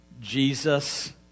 Jesus